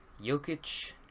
Jokic